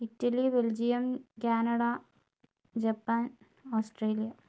Italy Belgium Canada Japan Australia